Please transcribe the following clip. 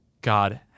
God